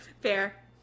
Fair